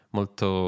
Molto